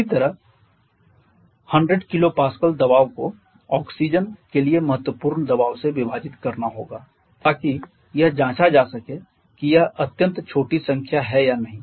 इसी तरह 100 KPa दबाव को ऑक्सीजन के लिए महत्वपूर्ण दबाव से विभाजित करना होगा ताकि यह जांचा जा सके कि यह एक अत्यंत छोटी संख्या है या नहीं